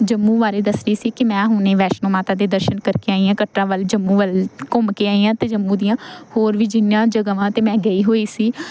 ਜੰਮੂ ਬਾਰੇ ਦੱਸਦੀ ਸੀ ਕਿ ਮੈਂ ਹੁਣੇ ਵੈਸ਼ਨੋ ਮਾਤਾ ਦੇ ਦਰਸ਼ਨ ਕਰਕੇ ਆਈ ਹਾਂ ਕਟਰਾ ਵੱਲ ਜੰਮੂ ਵੱਲ ਘੁੰਮ ਕੇ ਆਈ ਹਾਂ ਅਤੇ ਜੰਮੂ ਦੀਆਂ ਹੋਰ ਵੀ ਜਿੰਨੀਆਂ ਜਗ੍ਹਾਵਾਂ 'ਤੇ ਮੈਂ ਗਈ ਹੋਈ ਸੀ